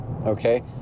okay